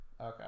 Okay